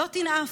"לא תנאף"